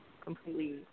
completely